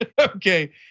Okay